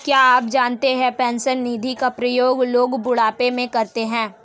क्या आप जानते है पेंशन निधि का प्रयोग लोग बुढ़ापे में करते है?